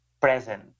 present